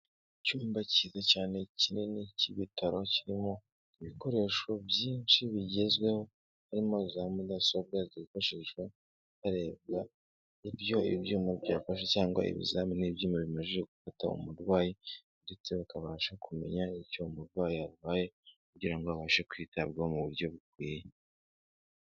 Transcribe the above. Icyumba cyiza cyane kinini cy'ibitaro, kirimo ibikoresho byinshi bigezweho, harimo za mudasobwa zifashishwa harebwa ibyo ibyuma byafashe cyangwa ibizamini ibyuma bimajije gufata umurwayi, ndetse bakabasha kumenya n'icyo umurwayi arwaye kugira ngo abashe kwitabwaho mu buryo bukwiye.